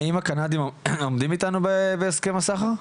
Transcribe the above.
האם הקנדיים עומדים איתנו בהסכם הסחר?